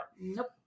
Nope